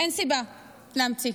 אני מבינה שאין לכם, אין סיבה להמציא.